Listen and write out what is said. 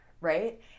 Right